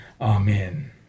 amen